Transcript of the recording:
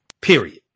period